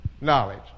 knowledge